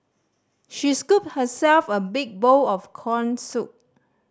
she scooped herself a big bowl of corn soup